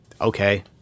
okay